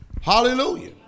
Hallelujah